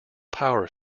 power